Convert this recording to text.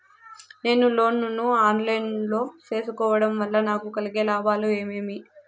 నేను లోను ను online లో సేసుకోవడం వల్ల నాకు కలిగే లాభాలు ఏమేమీ?